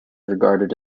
regarded